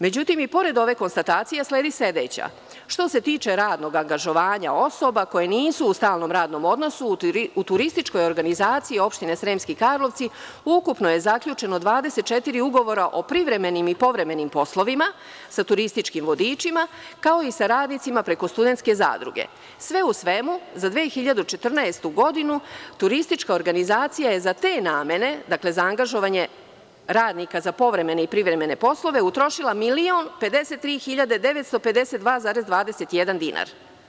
Međutim, i pored ove konstatacije, sledi sledeća: „Što se tiče radnog angažovanja osoba koje nisu u stalnom radnom odnosu, u Turističkoj organizaciji opštine Sremski Karlovci, ukupno je zaključeno 24 ugovora o privremenim i poverenim poslovima, sa turističkim vodičima, kao i sa radnicima preko Studenske zadruge.“ Sve u svemu za 2014. godinu, Turistička organizacija je za te namene, dakle, za angažovanje radnika za povremene i privremene poslove, utrošila 1.053.952,21 dinar.